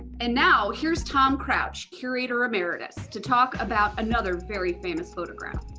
and now here's tom crouch, curator emeritus, to talk about another very famous photograph.